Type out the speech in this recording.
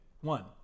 One